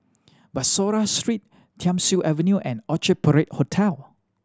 Bussorah Street Thiam Siew Avenue and Orchard Parade Hotel